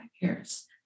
years